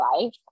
life